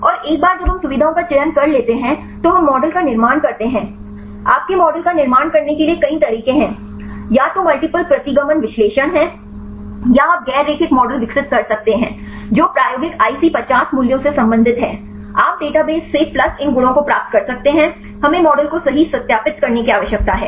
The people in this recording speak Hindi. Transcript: और एक बार जब हम सुविधाओं का चयन कर लेते हैं तो हम मॉडल का निर्माण करते हैं आपके मॉडल का निर्माण करने के लिए कई तरीके हैं या तो मल्टीप्ल प्रतिगमन विश्लेषण हैं या आप गैर रैखिक मॉडल विकसित कर सकते हैं जो प्रायोगिक IC50 मूल्यों से संबंधित है आप डेटाबेस से प्लस इन गुणों को प्राप्त कर सकते हैं हमें मॉडल को सही सत्यापित करने की आवश्यकता है